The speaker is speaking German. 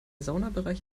saunabereich